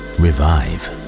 revive